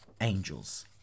angels